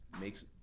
makes